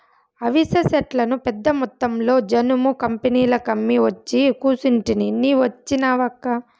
అవిసె సెట్లను పెద్దమొత్తంలో జనుము కంపెనీలకమ్మి ఒచ్చి కూసుంటిని నీ వచ్చినావక్కా